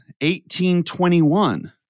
1821